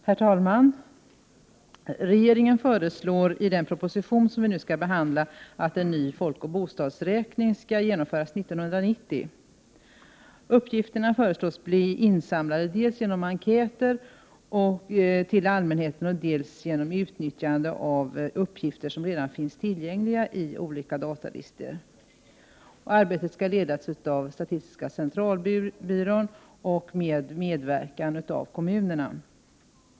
Herr talman! Regeringen föreslår i den proposition som vi nu skall behandla att en ny folkoch bostadsräkning skall genomföras år 1990. Det föreslås att uppgifterna skall insamlas dels genom enkäter till allmänheten, dels genom utnyttjande av uppgifter som redan finns tillgängliga i olika datalistor. Arbetet skall ledas av statistiska centralbyrån under medverkan av kommunerna.